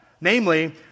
namely